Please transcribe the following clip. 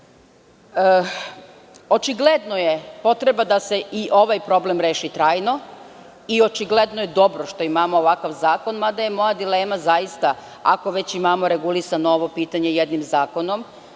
presek. Očigledno je potreba da se i ovaj problem reši trajno. Očigledno je dobro što imamo ovakav zakon, mada je moja dilema, ako već imamo regulisao ovo pitanje i jednim zakonom,